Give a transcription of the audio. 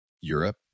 Europe